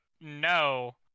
no